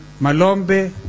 Malombe